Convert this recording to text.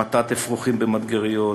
המתת אפרוחים במדגריות,